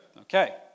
Okay